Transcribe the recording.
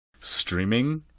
streaming